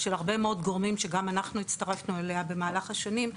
של הרבה מאוד גורמים שגם אנחנו הצטרפנו אליה במהלך השנים,